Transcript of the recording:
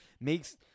makes